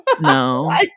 No